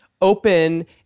open